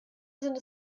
sind